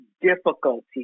difficulty